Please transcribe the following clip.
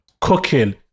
cooking